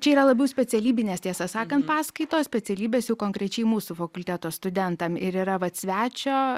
čia yra labiau specialybinės tiesą sakant paskaitos specialybės jau konkrečiai mūsų fakulteto studentam ir yra vat svečio